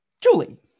Julie